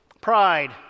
Pride